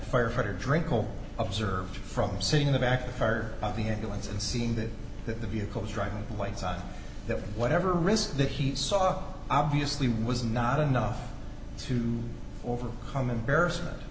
firefighter drink or observed from sitting in the back of the ambulance and seen that that the vehicle driving lights on that whatever risk that he saw obviously was not enough to overcome embarrassment